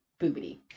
Boobity